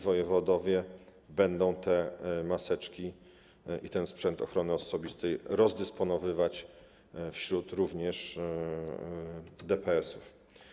Wojewodowie będą te maseczki i ten sprzęt ochrony osobistej rozdysponowywać, również do DPS.